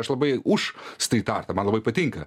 aš labai už strytartą man labai patinka